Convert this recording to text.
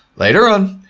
later on,